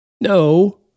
No